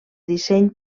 disseny